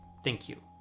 thank you!